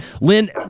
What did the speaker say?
Lynn